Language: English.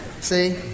see